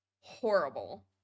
Horrible